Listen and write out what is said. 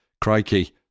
crikey